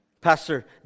Pastor